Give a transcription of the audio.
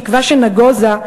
תקווה שנגוזה,